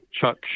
Chuck